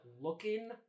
looking